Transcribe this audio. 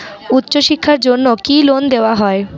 উচ্চশিক্ষার জন্য কি লোন দেওয়া হয়?